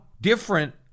different